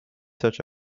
such